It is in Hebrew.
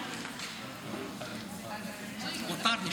37. ההצעה נדחתה.